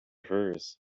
hers